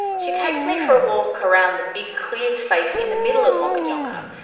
she takes me for a walk around the big cleared space in the middle of wangkatjungka,